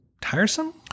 Tiresome